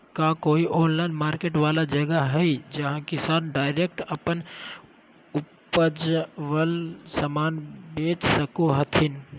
का कोई online market वाला जगह हइ जहां किसान डायरेक्ट अप्पन उपजावल समान बेच सको हथीन?